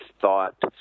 thought